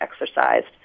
exercised